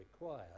required